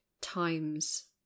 times